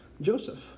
Joseph